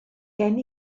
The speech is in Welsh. gen